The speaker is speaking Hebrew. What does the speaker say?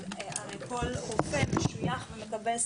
הרי כל רופא משויך ומקבל שכר.